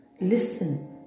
listen